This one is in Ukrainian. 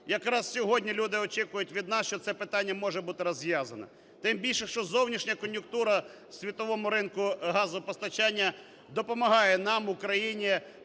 Якраз сьогодні люди очікують від нас, що це питання може бути розв'язане. Тим більше, що зовнішня кон'юнктура світового ринку газопостачання допомагає нам, Україні,